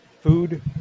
food